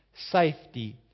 Safety